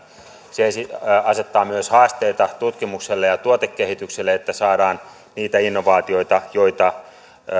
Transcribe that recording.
se se asettaa myös haasteita tutkimukselle ja ja tuotekehitykselle että saadaan niitä innovaatioita joita